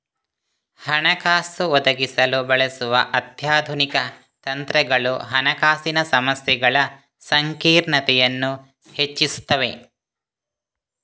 ಹಣಕಾಸು ಒದಗಿಸಲು ಬಳಸುವ ಅತ್ಯಾಧುನಿಕ ತಂತ್ರಗಳು ಹಣಕಾಸಿನ ಸಮಸ್ಯೆಗಳ ಸಂಕೀರ್ಣತೆಯನ್ನು ಹೆಚ್ಚಿಸುತ್ತವೆ